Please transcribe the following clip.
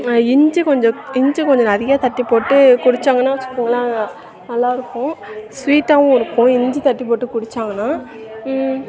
இஞ்சி கொஞ்சம் இஞ்சி கொஞ்சம் நிறையா தட்டி போட்டு குடித்தாங்கன்னா வச்சுக்கோங்களேன் நல்லாயிருக்கும் சுவீட்டாகவும் இருக்கும் இஞ்சி தட்டி போட்டு குடித்தாங்கன்னா